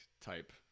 type